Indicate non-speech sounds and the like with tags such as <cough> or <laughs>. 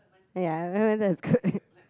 ya Black-Panther is good <laughs>